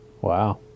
Wow